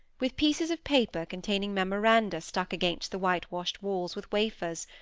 with pieces of paper containing memoranda stuck against the whitewashed walls with wafers,